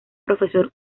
profesor